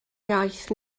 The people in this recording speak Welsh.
iaith